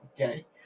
Okay